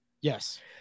Yes